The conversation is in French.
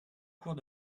cours